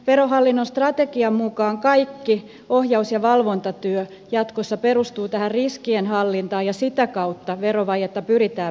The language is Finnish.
verohallinnon strategian mukaan kaikki ohjaus ja valvontatyö jatkossa perustuu tähän riskienhallintaan ja sitä kautta verovajetta pyritään vähentämään